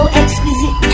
exquisite